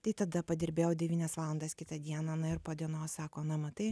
tai tada padirbėjau devynias valandas kitą dieną na ir po dienos sako na matai